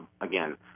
again